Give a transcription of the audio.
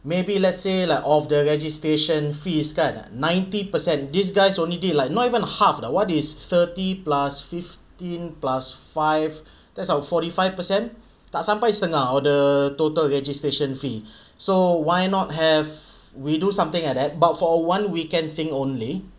maybe let's say like of the registration fees kan ninety percent these guys only did like not even half ah what is thirty plus fifteen plus five that's our forty five percent tak sampai setengah of the total registration fee so why not have we do something like that but for a one weekend thing only